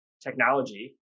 technology